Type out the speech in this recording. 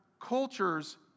cultures